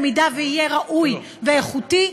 אם יהיה ראוי ואיכותי,